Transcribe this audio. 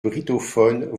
brittophones